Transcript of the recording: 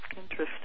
Interesting